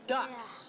Ducks